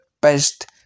best